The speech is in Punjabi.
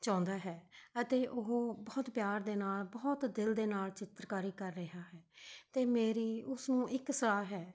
ਚਾਹੁੰਦਾ ਹੈ ਅਤੇ ਉਹ ਬਹੁਤ ਪਿਆਰ ਦੇ ਨਾਲ ਬਹੁਤ ਦਿਲ ਦੇ ਨਾਲ ਚਿੱਤਰਕਾਰੀ ਕਰ ਰਿਹਾ ਹੈ ਅਤੇ ਮੇਰੀ ਉਸਨੂੰ ਇੱਕ ਸਲਾਹ ਹੈ